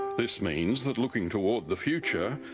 this means that looking toward the future,